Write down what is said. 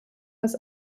das